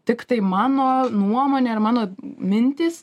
tiktai mano nuomonė ir mano mintys